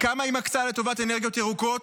כמה היא מקצה לטובת אנרגיות ירוקות?